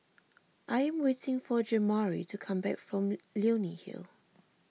I am waiting for Jamari to come back from Leonie Hill